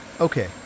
Okay